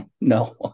No